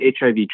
HIV